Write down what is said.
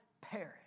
perish